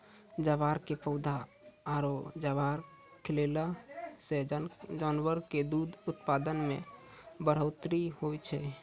ज्वार के पौधा आरो ज्वार खिलैला सॅ जानवर के दूध उत्पादन मॅ बढ़ोतरी होय छै